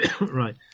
Right